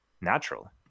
natural